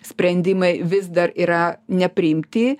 sprendimai vis dar yra nepriimti